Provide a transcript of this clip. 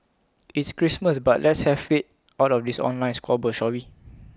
it's Christmas but let's leave faith out of this online squabble shall we